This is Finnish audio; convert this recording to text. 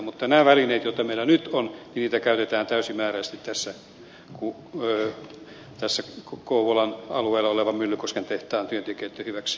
mutta näitä välineitä joita meillä nyt on käytetään täysimääräisesti tässä kouvolan alueella olevan myllykosken tehtaan työntekijöitten hyväksi